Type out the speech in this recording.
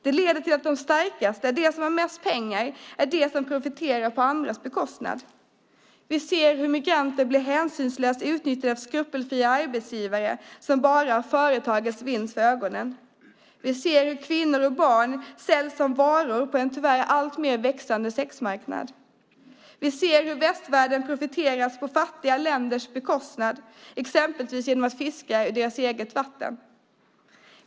Det leder till att de starkaste, de som har mest pengar, profiterar på andra. Vi ser hur migranter blir hänsynslöst utnyttjade av skrupelfria arbetsgivare som bara har företagets vinst för ögonen. Vi ser hur kvinnor och barn säljs som varor på en tyvärr alltmer växande sexmarknad. Vi ser hur västvärlden profiterar på fattiga länder, exempelvis genom att fiska på deras vatten.